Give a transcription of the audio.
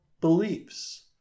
beliefs